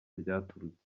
ryaturutse